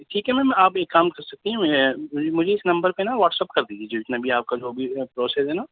ٹھیک ہے میم آپ ایک کام کر سکتی ہیں مجھے مجھے اس نمبر پہ نا واٹس اپ کر دیجیے جتنا بھی آپ کا جو بھی پروسیس ہے نا